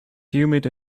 humid